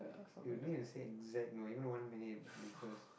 you need to say exact you know even one minute difference